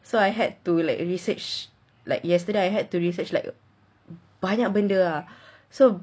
so I had to like research like yesterday I had to research like a banyak benda ah so